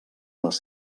les